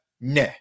Nah